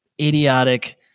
idiotic